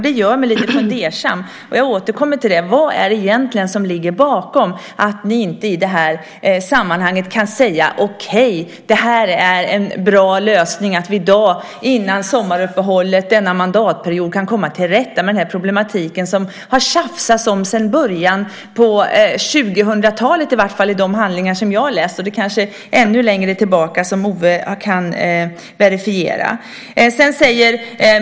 Det gör mig lite fundersam, och jag återkommer därför till frågan vad det egentligen är som ligger bakom att ni i det här sammanhanget inte kan säga okej, det är en bra lösning, så att vi i dag före sommaruppehållet i denna mandatperiod kan komma till rätta med problematiken. Det har, enligt de handlingar jag läst, tjafsats om detta åtminstone sedan början av 2000-talet, och Owe kanske kan verifiera att det pågått ännu längre.